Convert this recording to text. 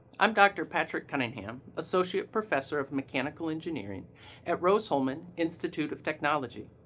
i'm dr. patrick cunningham, associate professor of mechanical engineering at rose-hulman institute of technology,